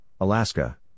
Alaska